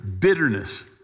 bitterness